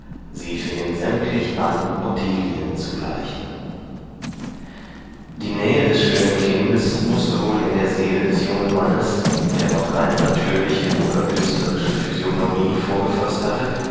sie fingen sämtlich an ottilien zu gleichen die nähe des schönen kindes mußte wohl in die seele des jungen mannes der noch keine natürliche oder künstlerische physiognomie vorgefaßt hatte